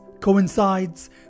coincides